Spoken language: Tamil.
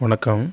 வணக்கம்